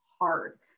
hard